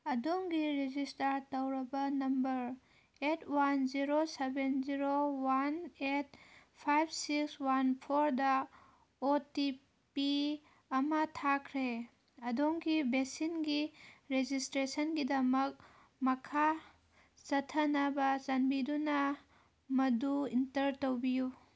ꯑꯗꯣꯝꯒꯤ ꯔꯦꯖꯤꯁꯇꯔ ꯇꯧꯔꯕ number eight one zero seven zero one eight five six one ꯐꯣꯔꯗ O T P ꯑꯃ ꯊꯥꯈ꯭ꯔꯦ ꯑꯗꯣꯝꯒꯤ ꯚꯦꯛꯁꯤꯟꯒꯤ ꯔꯦꯖꯤꯁꯇ꯭ꯔꯦꯁꯟꯒꯤꯗꯃꯛ ꯃꯈꯥ ꯆꯠꯊꯅꯕ ꯆꯥꯟꯕꯤꯗꯨꯅ ꯃꯗꯨ ꯏꯟꯇꯔ ꯇꯧꯕꯤꯌꯨ